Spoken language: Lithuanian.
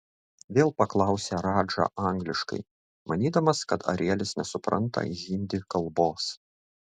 vėl paklausė radža angliškai manydamas kad arielis nesupranta hindi kalbos